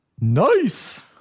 Nice